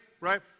Right